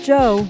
Joe